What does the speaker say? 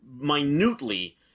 minutely